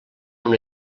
una